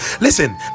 listen